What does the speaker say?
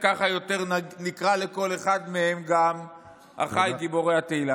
ככה יותר נקרא לכל אחד מהם אחיי גיבורי התהילה.